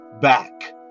back